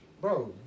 bro